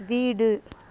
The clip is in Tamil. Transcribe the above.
வீடு